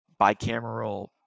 bicameral